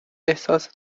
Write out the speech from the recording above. احساس